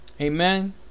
Amen